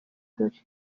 ukuri